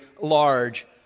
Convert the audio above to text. large